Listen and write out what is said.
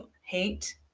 hate